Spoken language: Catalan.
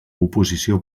oposició